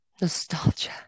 nostalgia